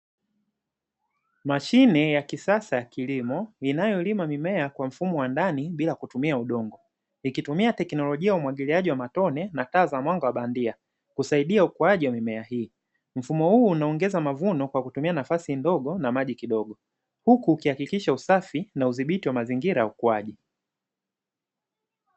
Mashine ya kisasa ya kilimo ninayolima mimea kwa mfumo wa ndani bila kutumia udongo ikitumia teknolojia umwagiliaji wa matone na taa za mwanga wa bandia kusaidia ukuaji wa mimea hii mfumo huu unaongeza mavuno kwa kutumia nafasi ndogo na maji kidogo huku ukihakikisha usafi na udhibiti wa mazingira ukuaji.